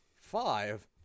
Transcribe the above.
Five